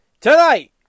Tonight